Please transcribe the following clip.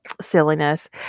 silliness